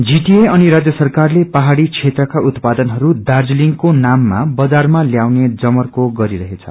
GTA अनि राजय सरकारले पाहाड़ी क्षेत्रका उतपादनहरू दार्जीलिङको नाम लिदै बजारमा उतानें जमको गरिरहेछ